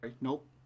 nope